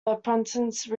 apprentice